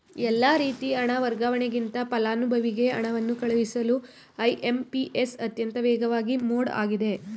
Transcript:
ಎಲ್ಲಾ ರೀತಿ ಹಣ ವರ್ಗಾವಣೆಗಿಂತ ಫಲಾನುಭವಿಗೆ ಹಣವನ್ನು ಕಳುಹಿಸಲು ಐ.ಎಂ.ಪಿ.ಎಸ್ ಅತ್ಯಂತ ವೇಗವಾದ ಮೋಡ್ ಆಗಿದೆ